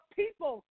people